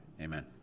Amen